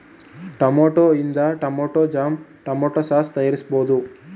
tomato ಇಂದ tomato jam, tomato sauce ತಯಾರಿಸಬೋದು